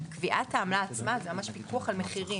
קביעת העמלה זה ממש פיקוח על מחירים.